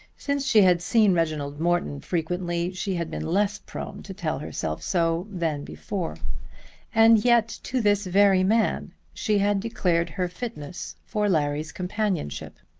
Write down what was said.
since she had seen reginald morton frequently, she had been less prone to tell herself so than before and yet to this very man she had declared her fitness for larry's companionship!